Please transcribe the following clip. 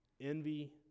Envy